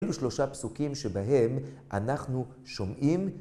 ‫יש שלושה פסוקים ‫שבהם אנחנו שומעים.